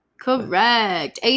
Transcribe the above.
correct